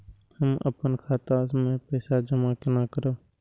हम अपन खाता मे पैसा जमा केना करब?